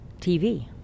TV